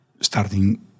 starting